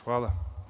Hvala.